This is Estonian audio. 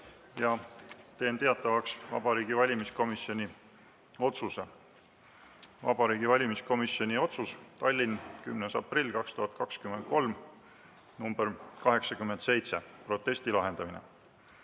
Teen teatavaks Vabariigi Valimiskomisjoni otsuse. Vabariigi Valimiskomisjoni otsus. Tallinn, 10. aprill 2023, nr 87. "Protesti lahendamine.